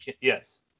Yes